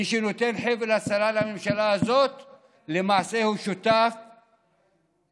מי שנותן חבל הצלה לממשלה הזו הוא למעשה שותף לפשע.